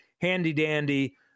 handy-dandy